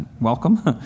welcome